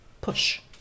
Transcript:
push